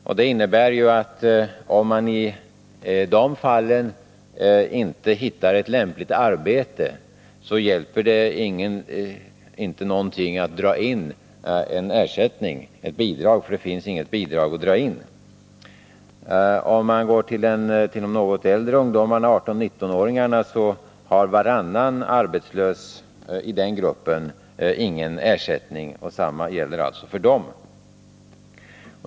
Om man i de fallen inte hittar ett lämpligt arbete hjälper det ju inte att dra in en ersättning, ett bidrag, för det finns inget bidrag att dra in. Om vi går till de något äldre ungdomarna, 18-19-åringarna, finner vi att varannan arbetslös i den gruppen inte har någon ersättning. Detsamma gäller alltså för dem.